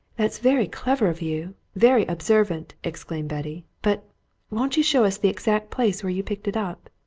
that's very clever of you, very observant! exclaimed betty. but won't you show us the exact place where you picked it up?